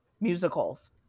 musicals